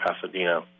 Pasadena